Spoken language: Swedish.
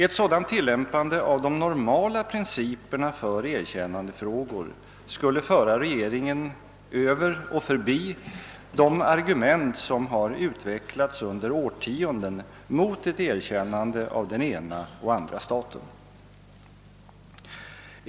Ett sådant tillämpande av de normala principerna för erkännandefrågor skulle föra regeringen över och förbi de argument som har utvecklats under årtionden mot ett erkännande av den ena och andra staten.